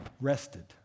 rested